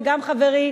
וגם חברי,